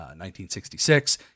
1966